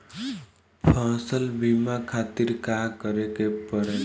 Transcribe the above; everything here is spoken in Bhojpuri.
फसल बीमा खातिर का करे के पड़ेला?